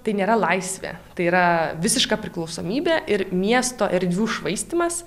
tai nėra laisvė tai yra visiška priklausomybė ir miesto erdvių švaistymas